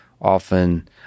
often